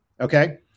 Okay